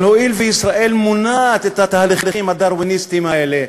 אבל הואיל וישראל מונעת את התהליכים הדרוויניסטיים האלה,